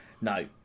No